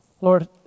Lord